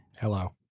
Hello